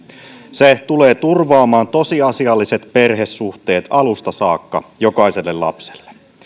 se tulee turvaamaan tosiasialliset perhesuhteet alusta saakka jokaiselle lapselle